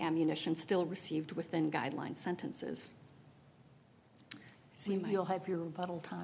ammunition still received within guidelines sentences you'll have your time